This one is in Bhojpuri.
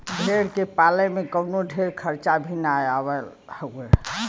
भेड़ के पाले में कवनो ढेर खर्चा भी ना आवत हवे